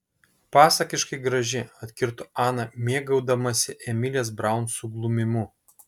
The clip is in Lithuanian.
pasakiškai graži atkirto ana mėgaudamasi emilės braun suglumimu